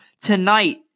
tonight